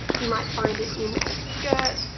you might find it in a skirt.